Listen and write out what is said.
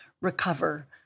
recover